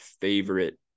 favorite